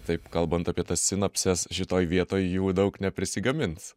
taip kalbant apie tas sinapses šitoj vietoj jų daug neprisigamins